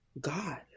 God